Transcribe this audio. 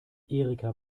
erika